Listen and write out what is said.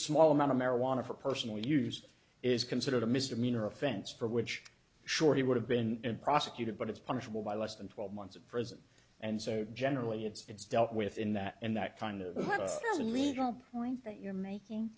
small amount of marijuana for personal use is considered a misdemeanor offense for which i'm sure he would have been prosecuted but it's punishable by less than twelve months of prison and so generally it's dealt with in that in that kind of there's a legal line that you're making